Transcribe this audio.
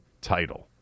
title